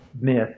myth